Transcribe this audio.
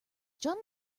john